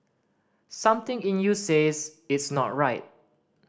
something in you says it's not right